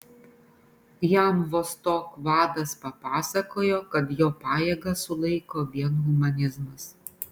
jam vostok vadas papasakojo kad jo pajėgas sulaiko vien humanizmas